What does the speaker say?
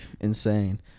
insane